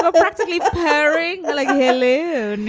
ah practically but harry like, hey, lou